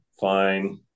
Fine